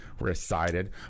recited